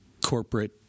corporate